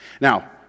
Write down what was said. Now